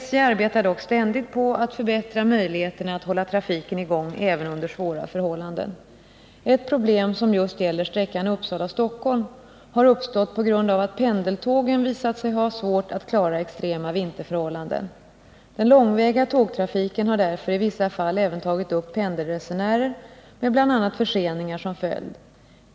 SJ arbetar dock ständigt på att förbättra möjligheterna att hålla trafiken i gång även under svåra förhållanden. Ett problem som just gäller sträckan Uppsala-Stockholm har uppstått på grund av att pendeltågen visat sig ha svårt att klara extrema vinterförhållanden. Den långväga tågtrafiken har därför i vissa fall även tagit upp pendelresenärer med bl.a. förseningar som följd.